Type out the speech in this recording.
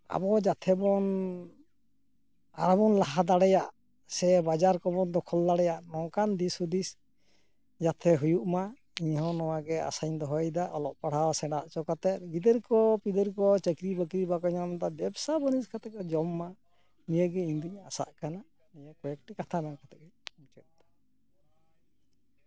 ᱟᱵᱚ ᱡᱟᱛᱮ ᱵᱚᱱ ᱟᱨᱚᱵᱚᱱ ᱞᱟᱦᱟ ᱫᱟᱲᱮᱭᱟᱜ ᱥᱮ ᱵᱟᱡᱟᱨ ᱠᱚᱵᱚᱱ ᱫᱚᱠᱷᱚᱞ ᱫᱟᱲᱮᱭᱟᱜ ᱱᱚᱝᱠᱟᱱ ᱫᱤᱥᱼᱦᱩᱫᱤᱥ ᱡᱟᱛᱮ ᱦᱩᱭᱩᱜ ᱢᱟ ᱤᱧ ᱦᱚᱸ ᱱᱚᱣᱟ ᱜᱮ ᱟᱥᱟᱧ ᱫᱚᱦᱚᱭᱮᱫᱟ ᱚᱞᱚᱜ ᱯᱟᱲᱦᱟᱜ ᱥᱮᱬᱟ ᱚᱪᱚ ᱠᱟᱛᱮ ᱜᱤᱫᱟᱹᱨ ᱠᱚ ᱯᱤᱫᱟᱹᱨ ᱠᱚ ᱪᱟᱹᱠᱨᱤ ᱵᱟᱠᱨᱤ ᱵᱟᱠᱚ ᱧᱟᱢ ᱮᱫᱟ ᱵᱮᱵᱥᱟ ᱵᱟᱹᱱᱤᱡ ᱠᱟᱛᱮ ᱠᱚ ᱡᱚᱢᱼᱢᱟ ᱱᱤᱭᱟᱹ ᱜᱮ ᱤᱧ ᱫᱩᱧ ᱟᱥᱟᱜ ᱠᱟᱱᱟ ᱱᱤᱭᱟᱹ ᱠᱚᱭᱮᱠᱴᱤ ᱠᱟᱛᱷᱟ ᱢᱮᱱ ᱠᱟᱛᱮ ᱜᱮ ᱢᱩᱪᱟᱹᱫ ᱫᱟᱹᱧ